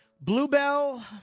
Bluebell